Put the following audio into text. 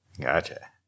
Gotcha